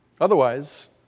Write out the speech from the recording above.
Otherwise